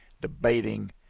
debating